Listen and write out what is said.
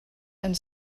and